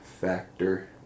factor